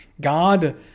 God